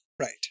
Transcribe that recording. right